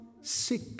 sick